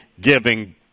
giving